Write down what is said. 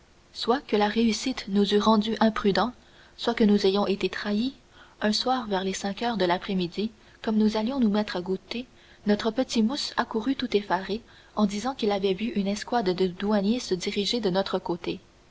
soit que la réussite nous eût rendus imprudents soit que nous ayons été trahis un soir vers les cinq heures de l'après-midi comme nous allions nous mettre à goûter notre petit mousse accourut tout effaré en disant qu'il avait vu une escouade de douaniers se diriger de notre côté